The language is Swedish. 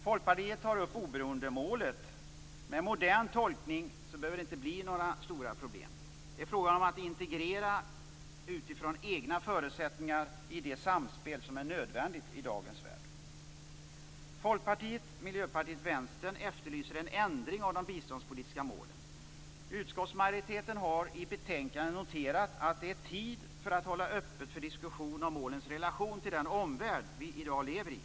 Folkpartiet tar upp oberoendemålet. Med modern tolkning behöver det inte bli några stora problem. Det är fråga om att integrera utifrån egna förutsättningar i det samspel som är nödvändigt i dagens värld. Folkpartiet, Miljöpartiet och Vänstern efterlyser en ändring av de biståndspolitiska målen. Utskottsmajoriteten har i betänkandet noterat att det är tid för att hålla öppet för diskussion om målens relation till den omvärld vi i dag lever i.